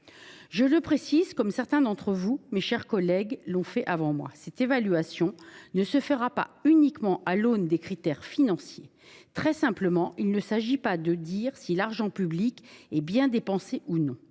Je précise, comme certains d’entre vous l’ont fait avant moi, que cette évaluation ne se fera pas uniquement à l’aune de critères financiers. Très simplement, il ne s’agit pas de dire si l’argent public est bien dépensé ou non.